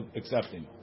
accepting